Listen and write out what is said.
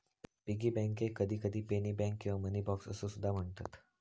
piggy बँकेक कधीकधी penny bank किंवा मनी बॉक्स असो सुद्धा म्हणतत